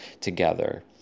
together